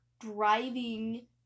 driving